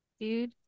Dude